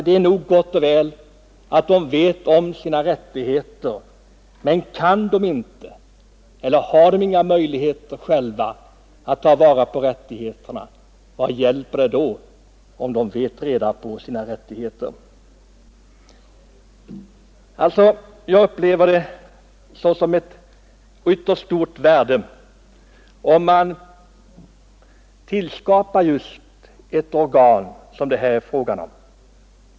Det är nog gott och väl att de vet om sina rättigheter, men har de inga möjligheter själva att ta vara på rättigheterna, vad hjälper det då att de vet om dem? Jag anser det alltså vara av ytterst stort värde om man tillskapar just ett sådant organ som det här är fråga om.